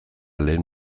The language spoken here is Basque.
lehen